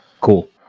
Cool